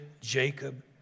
Jacob